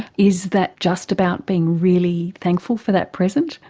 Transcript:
is that just about being really thankful for that present?